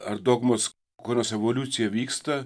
ar dogmos kurios evoliucija vyksta